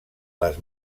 les